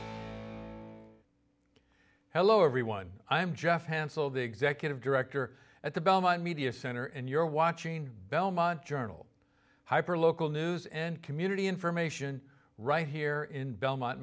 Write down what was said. hello everyone i'm jeff hansell the executive director at the belmont media center and you're watching belmont journal hyper local news and community information right here in belmont